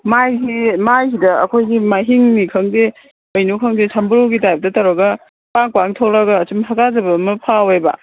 ꯃꯥꯏꯁꯤ ꯃꯥꯏꯁꯤꯗ ꯑꯩꯈꯣꯏꯒꯤ ꯃꯥꯏꯍꯤꯡꯅꯤ ꯈꯪꯗꯦ ꯀꯩꯅꯣ ꯈꯪꯗꯦ ꯁꯝꯕ꯭ꯔꯨꯒꯤ ꯇꯥꯏꯞꯇ ꯇꯧꯔꯒ ꯄꯥꯛ ꯄꯥꯛꯅ ꯊꯣꯛꯂꯛꯑꯒ ꯑꯁꯨꯝ ꯍꯥꯛꯀꯆꯕ ꯑꯃ ꯐꯥꯎꯋꯦꯕ